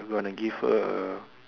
gonna give her a